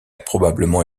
probablement